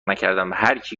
نکردم، هرکی